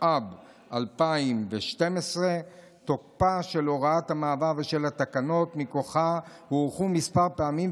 התשע"ב 2012. תוקפה של הוראת המעבר ושל התקנות מכוחה הוארכו כמה פעמים,